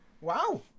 wow